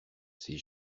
ses